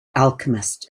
alchemist